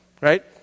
right